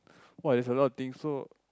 !wah! that's a lot of thing so